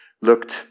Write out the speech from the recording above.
looked